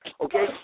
Okay